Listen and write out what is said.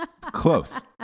Close